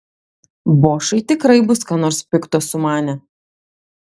bošai tikrai bus ką nors pikto sumanę